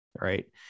right